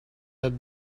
had